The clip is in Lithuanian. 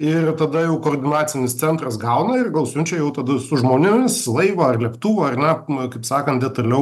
ir tada jau koordinacinis centras gauna ir gal siunčia jau tada su žmonėmis laivą ar lėktuvą ar na kaip sakant detaliau